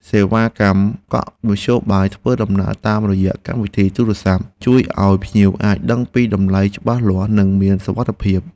សេវាកម្មកក់មធ្យោបាយដឹកជញ្ជូនតាមរយៈកម្មវិធីទូរស័ព្ទ ជួយឱ្យភ្ញៀវអាចដឹងពីតម្លៃច្បាស់លាស់និងមានសុវត្ថិភាព។